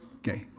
okay.